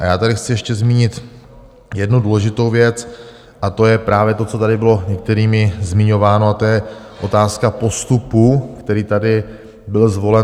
Já tady chci ještě zmínit jednu důležitou věc, a to je právě to, co tady bylo některými zmiňováno, a to je otázka postupu, který tady byl zvolen.